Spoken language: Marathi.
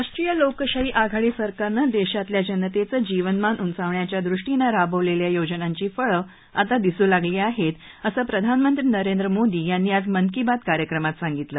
राष्ट्रीय लोकशाही आघाडी सरकारनं देशातल्या जनतेचं जीवनमान उंचावण्याच्या दृष्टीनं राबवलेल्या योजनांची फळं आता दिसू लगली आहेत असं प्रधानमंत्री नरेंद्र मोदी यांनी आज मन की बात कार्यक्रमात सांगितलं